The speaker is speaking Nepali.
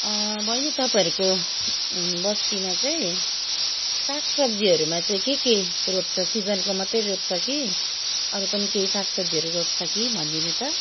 बहिनी तपाईँहरूको बस्तीमा चाहिँ साग सब्जीहरूमा चाहिँ के के रोप्छ सिजनको मात्रै रोप्छ कि अरू पनि केही साग सब्जीहरू रोप्छ कि भनिदिनु त